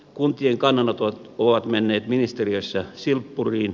kuntien kannanotot ovat menneet ministeriössä silppuriin